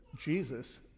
Jesus